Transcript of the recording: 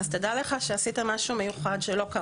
אז תדע לך שעשית משהו מיוחד שלא קרה.